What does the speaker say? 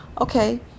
okay